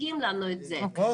בואו